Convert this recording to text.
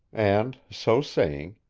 and, so saying,